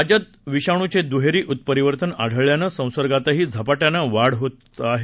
राज्यात विषाणूचे दुहेरी उत्परिवर्तन आढळल्याने संसर्गातही झपाट्याने वाढ होत आहे